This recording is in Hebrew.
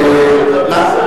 אני חושב,